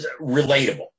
relatable